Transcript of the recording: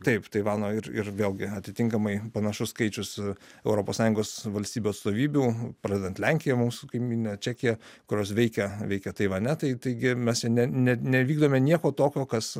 taip taivano ir ir vėlgi atitinkamai panašus skaičius europos sąjungos valstybių atstovybių pradedant lenkija mūsų kaimynine čekija kurios veikia veikia taivane tai taigi mes ne nevykdome nieko tokio kas